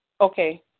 Okay